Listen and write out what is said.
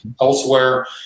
elsewhere